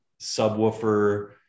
subwoofer